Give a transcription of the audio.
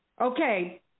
Okay